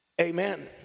Amen